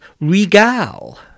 regal